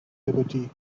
liberty